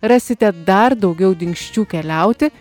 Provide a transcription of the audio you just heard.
rasite dar daugiau dingsčių keliauti